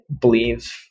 believe